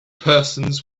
persons